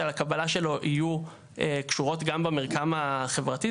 הקבלה שלו יהיו קשורות גם במרקם החברתי?